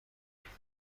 اقدام